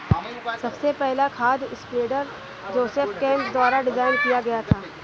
सबसे पहला खाद स्प्रेडर जोसेफ केम्प द्वारा डिजाइन किया गया था